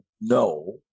no